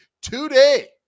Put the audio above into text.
today